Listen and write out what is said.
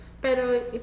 pero